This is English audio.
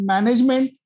Management